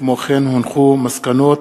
מסקנות